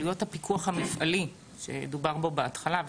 עלויות הפיקוח המפעלי שדובר בו בהתחלה,